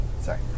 Sorry